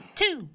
two